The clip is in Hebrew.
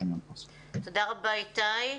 תודה רבה, איתי.